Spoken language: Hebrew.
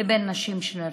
לבין נשים שנרצחו.